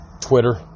Twitter